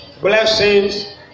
blessings